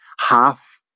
half